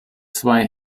zwei